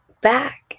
back